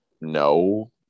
No